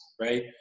right